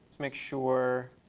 make sure